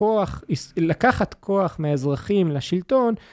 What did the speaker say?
תושבי העוטף עדיין לא חזרו